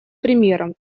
примером